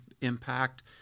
impact